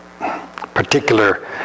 particular